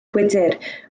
gwydr